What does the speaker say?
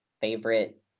favorite